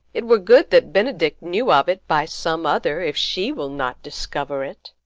it were good that benedick knew of it by some other, if she will not discover it.